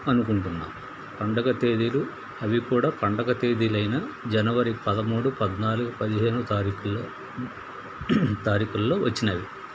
అనుకుంటున్నాం పండగ తేదీలు అవి కూడా పండగ తేదీలైన జనవరి పదమూడు పద్నాలుగు పదిహేను తారీకుల తారీకుల్లో వచ్చినవి